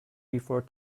before